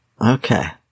Okay